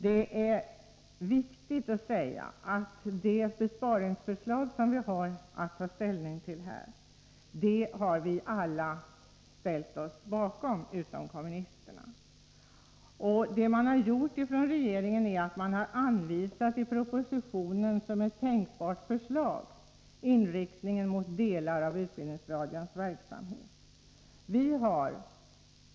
Det är viktigt att säga att det besparingsförslag som vi har att ta ställning till i dag, har vi alla ställt oss bakom, utom kommunisterna. Vad regeringen har gjort är att i propositionen som ett tänkbart alternativ peka på en inriktning mot delar av utbildningsradions verksamhet.